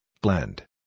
blend